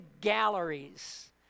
galleries